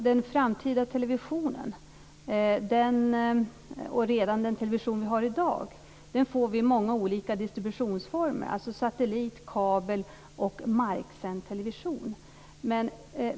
Den framtida televisionen, och redan den television som vi har i dag, får vi i många olika distributionsformer, alltså satellit-, kabel och marksänd television.